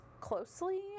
closely